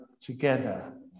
together